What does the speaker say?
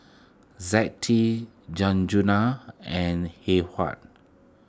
Zettie Sanjuana and Heyward